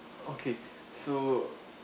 okay so